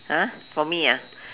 !huh! for me ah